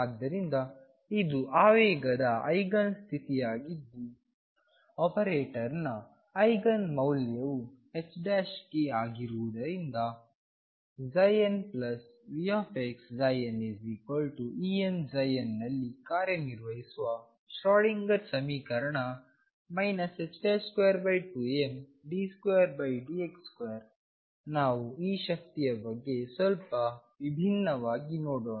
ಆದ್ದರಿಂದ ಇದು ಆವೇಗದ ಐಗನ್ ಸ್ಥಿತಿಯಾಗಿದ್ದು ಆಪರೇಟರ್ನ ಐಗನ್ ಮೌಲ್ಯವು ℏk ಆಗಿರುವುದರಿಂದ nVxnEnnನಲ್ಲಿ ಕಾರ್ಯನಿರ್ವಹಿಸುವ ಶ್ರೋಡಿಂಗರ್ ಸಮೀಕರಣ 22md2dx2 ನಾವು ಈ ಶಕ್ತಿಯ ಬಗ್ಗೆ ಸ್ವಲ್ಪ ವಿಭಿನ್ನವಾಗಿ ನೋಡೋಣ